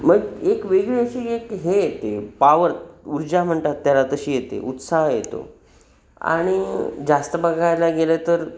मग एक वेगळी अशी एक हे येते पावर ऊर्जा म्हणतात त्याला तशी येते उत्साह येतो आणि जास्त बघायला गेलं तर